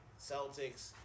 Celtics